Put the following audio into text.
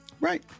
Right